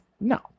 No